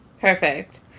Perfect